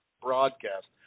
Broadcast